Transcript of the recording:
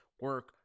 Work